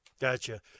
Gotcha